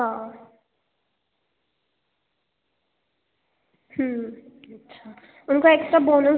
चलो तब तो मैनेज कर लूँगा मैं ठीक है हाँ ठीक है ठीक है मैं मैनेज कर लूँगा